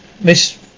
miss